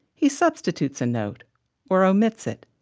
he substitutes a note or omits it,